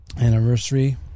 anniversary